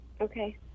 Okay